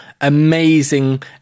Amazing